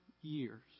years